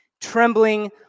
trembling